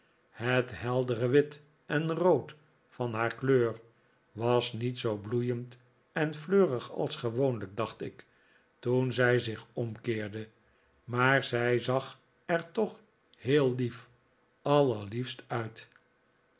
het heldere wit en rood van haar kleur was niet zoo bloeiend en fleurig als gewoonlijk dacht ik toen zij zich omkeerde maar zij zag er toch heel lief allerliefst uit